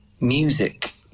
music